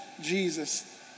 Jesus